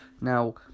Now